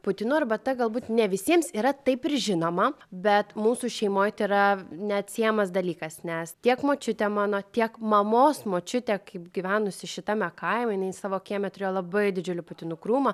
putinų arbata galbūt ne visiems yra taip ir žinoma bet mūsų šeimoj tai yra neatsiejamas dalykas nes tiek močiutė mano tiek mamos močiutė kaip gyvenusi šitame kaime jinai savo kieme turėjo labai didžiulį putinų krūmą